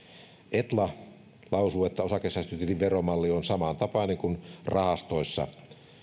etla lausuu että osakesäästötilin veromalli on samantapainen kuin rahastoissa